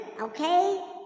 okay